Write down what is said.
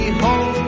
home